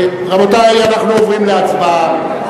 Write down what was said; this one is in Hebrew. רבותי, אנחנו עוברים להצבעה.